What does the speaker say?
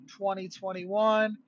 2021